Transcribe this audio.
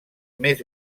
més